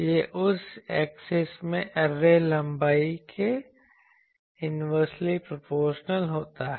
यह उस एक्सिस में ऐरे लंबाई के इन्वर्सली प्रोपोर्शनल होता है